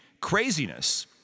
craziness